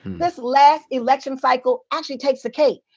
this last election cycle actually takes the cake.